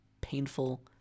painful